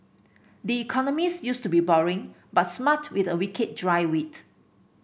the Economist used to be boring but smart with a wicked dry wit